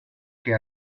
que